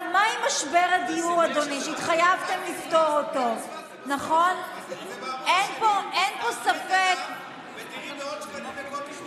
זה יישמע לכם כמו צ'יזבט, אמיתי לגמרי,